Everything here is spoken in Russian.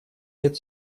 лет